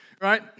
right